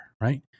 Right